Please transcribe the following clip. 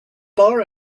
bar